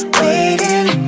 waiting